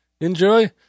enjoy